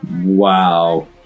Wow